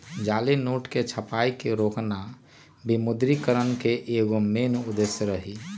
जाली नोट के छपाई के रोकना विमुद्रिकरण के एगो मेन उद्देश्य रही